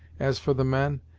as for the men,